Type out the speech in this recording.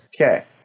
Okay